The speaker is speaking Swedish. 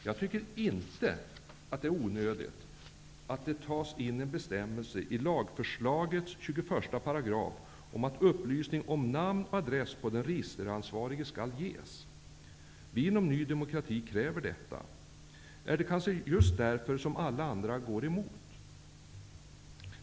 Jag tycker inte att det är onödigt att ta in en bestämmelse i lagförslagets 21 § om att upplysning skall ges om namn och adress på den registeransvarige. Vi inom Ny demokrati kräver detta. Är det kanske just därför som alla andra går emot?